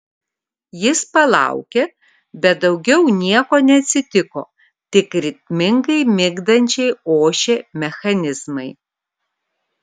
jis palaukė bet daugiau nieko neatsitiko tik ritmingai migdančiai ošė mechanizmai